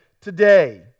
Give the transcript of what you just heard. today